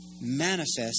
manifest